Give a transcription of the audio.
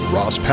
Ross